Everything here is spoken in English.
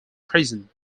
prison